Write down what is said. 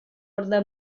orde